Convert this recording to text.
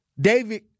David